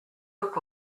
look